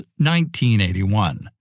1981